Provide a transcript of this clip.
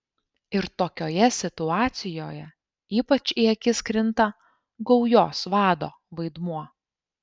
ir tokioje situacijoje ypač į akis krinta gaujos vado vaidmuo